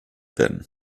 werden